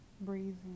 breathing